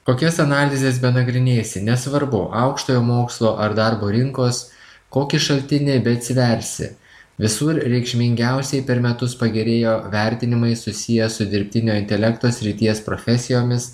kokias analizes benagrinėsi nesvarbu aukštojo mokslo ar darbo rinkos kokį šaltinį beatsiversi visur reikšmingiausiai per metus pagerėjo vertinimai susiję su dirbtinio intelekto srities profesijomis